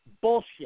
bullshit